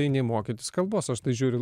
eini mokytis kalbos aš tai žiūriu